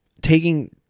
taking